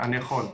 אני יכול.